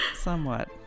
Somewhat